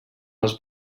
als